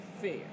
fair